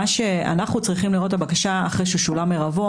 אנחנו צריכים לראות את הבקשה אחרי ששולם עירבון,